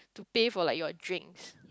to pay for like your drinks